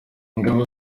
ingabo